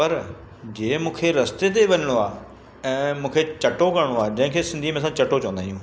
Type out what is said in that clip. पर जंहिं मूंखे रस्ते ते वञिणो आहे ऐं मूंखे चटो करिणो आहे जंहिंखें सिंधी में असां चटो चवंदा आहियूं